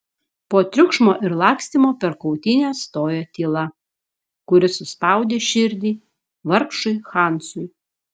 po triukšmo ir lakstymo per kautynes stojo tyla kuri suspaudė širdį vargšui hansui